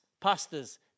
pastors